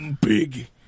big